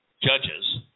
judges